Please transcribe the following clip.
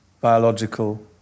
biological